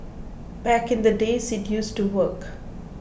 back in the days it used to work